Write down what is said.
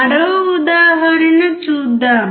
మరో ఉదాహరణ చూద్దాం